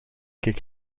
keek